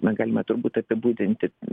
na galima turbūt apibūdinti